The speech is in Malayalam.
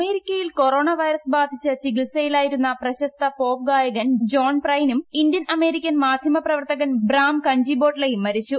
അമേരിക്കയിൽ കൊറോണ വൈറസ് ബാധിച്ച് ചികിത്സയിലായിരുന്ന പ്രശസ്ത പോപ്പ് ഗായകൻ ജോൺ പ്രൈനും ഇന്ത്യൻ അമേരിക്കൻ മാധ്യമപ്രവർത്തകൻ ബ്രാം കഞ്ചിബോട്ലയും മരിച്ചു